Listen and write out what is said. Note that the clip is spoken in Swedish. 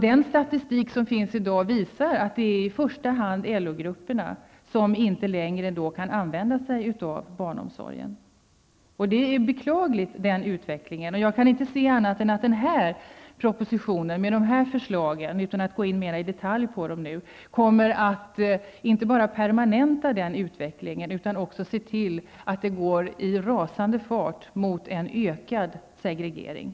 Den statistik som finns i dag visar att det i första hand är LO grupperna som inte längre kan använda sig av barnomsorgen. Den utvecklingen är beklaglig, och jag kan inte se annat än att propositionens förslag -- som jag nu inte mera i detalj skall gå in på -- kommer att inte bara permanenta den utvecklingen utan också se till att utvecklingen i rasande fart går mot en ökad segregering.